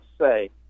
say